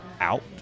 out